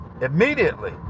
Immediately